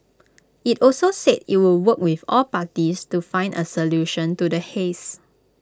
IT also said IT would work with all parties to find A solution to the haze